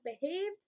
behaved